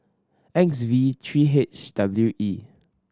X V three H W E